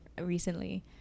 recently